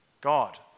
God